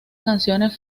canciones